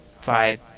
five